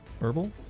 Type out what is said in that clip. Herbal